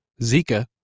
Zika